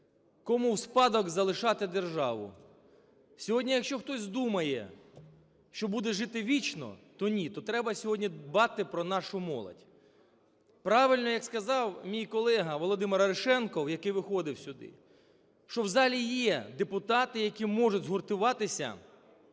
Кому в спадок залишати державу? Сьогодні, якщо хтось думає, що буде жити вічно, то ні. То треба сьогодні дбати про нашу молодь. Правильно, як сказав мій колега Володимир Арешонков, який виходив сюди, що в залі є депутати, які можуть згуртуватися